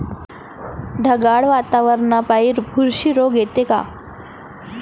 ढगाळ वातावरनापाई बुरशी रोग येते का?